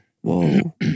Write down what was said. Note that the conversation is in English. Whoa